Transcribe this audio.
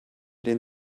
den